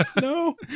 no